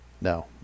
No